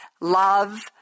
love